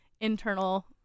internal